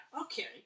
okay